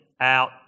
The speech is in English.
out